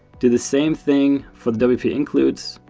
do the same thing for the wp-includes.